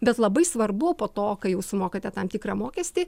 bet labai svarbu po to kai jau sumokate tam tikrą mokestį